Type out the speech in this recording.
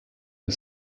the